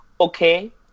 Okay